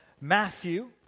Matthew